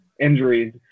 injuries